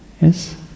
Yes